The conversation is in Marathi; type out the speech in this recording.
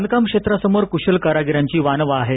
बांधकाम क्षेत्रासमोर कुशल कारागिरांची वानवा आहे